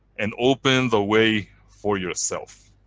and open the way for yourself.